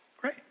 great